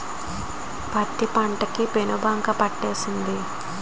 పత్తి పంట కి పేనుబంక పట్టేసింది